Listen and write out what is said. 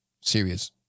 serious